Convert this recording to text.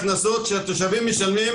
התקציב של משרד השיכון הוא לסבסוד,